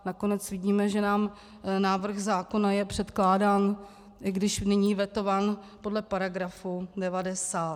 Nakonec vidíme, že nám návrh zákona je předkládán, i když nyní vetován, podle § 90.